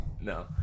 No